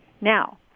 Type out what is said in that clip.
Now